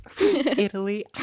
Italy